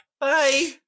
Bye